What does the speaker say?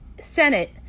Senate